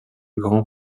grand